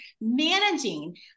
managing